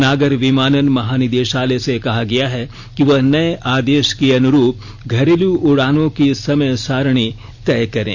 नागर विमानन महानिदेशालय से कहा गया है कि वह नए आदेश के अनुरूप घरेलू उडानों की समय सारणी तय करें